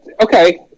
okay